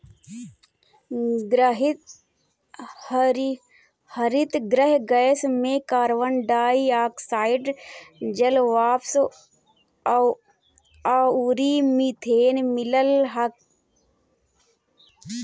हरितगृह गैस में carbon dioxide, जलवाष्प अउरी मीथेन मिलल हअ